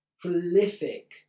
prolific